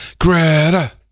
Greta